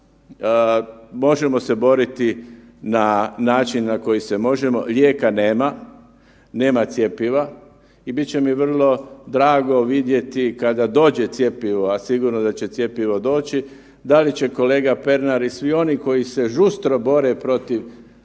možemo se boriti na način na koji se možemo, lijeka nema, nema cjepiva i bit će mi vrlo drago vidjeti kada dođe cjepivo, a sigurno da će cjepivo doći, da li će kolega Pernar i svi oni koji se žustro bore protiv cijepljenja